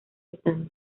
estado